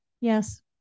Yes